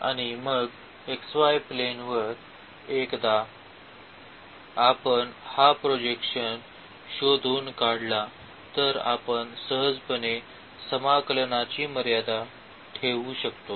आणि मग xy plane वर एकदा आपण हा प्रोजेक्शन शोधून काढला तर आपण सहजपणे समाकलनाची मर्यादा ठेवू शकतो